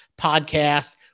podcast